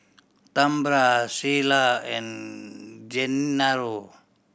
Tambra Sheila and Gennaro